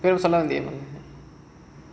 ஏதோ சொல்ல வந்தியே:edho solla vandhiyae